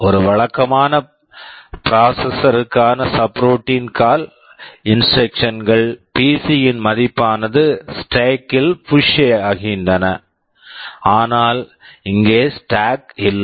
ஒரு வழக்கமான processor conventional processor க்கான subroutine subroutine call call instruction instruction கள் பிசி PC -யின் மதிப்பானது ஸ்டேக் stack கில் புஷ் push செய்கின்றன ஆனால் இங்கே ஸ்டேக் stack இல்லை